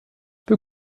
peu